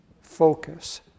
focus